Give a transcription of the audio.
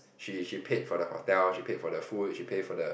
she she paid for the hotel she paid for the food she pay for the